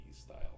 style